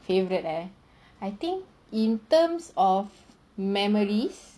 favourite eh I think in terms of memories